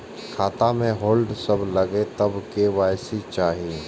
खाता में होल्ड सब लगे तब के.वाई.सी चाहि?